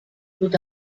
them